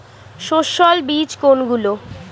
সস্যল বীজ কোনগুলো?